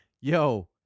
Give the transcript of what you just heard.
yo